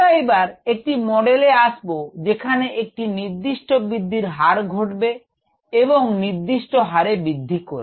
আমরা এবার একটি মডেলে আসবো যেখানে একটি নির্দিষ্ট বৃদ্ধির হার ঘটবে এবং নির্দিষ্ট হারে বৃদ্ধি করবে